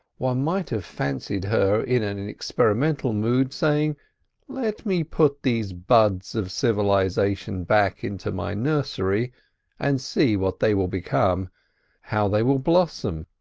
one might have fancied her in an experimental mood, saying let me put these buds of civilisation back into my nursery and see what they will become how they will blossom,